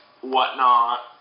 whatnot